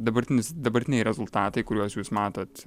dabartinis dabartiniai rezultatai kuriuos jūs matot